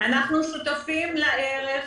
אנחנו שותפים לערך